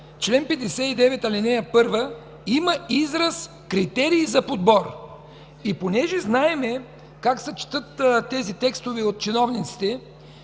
чл. 59, ал. 1 има израз „критерии за подбор”. И понеже знаем как се четат тези текстове от чиновниците,